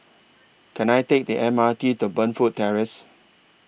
Can I Take The M R T to Burnfoot Terrace